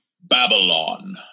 Babylon